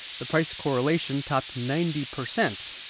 the price correlation topped ninety percent.